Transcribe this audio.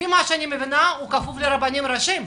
לפי מה שאני מבינה הוא כפוף לרבנים הראשיים,